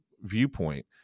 viewpoint